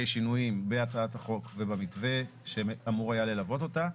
שינויים בהצעת החוק ובמתווה שאמור היה ללוות אותה,.